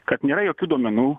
kad nėra jokių duomenų